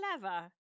Clever